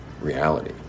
reality